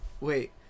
Wait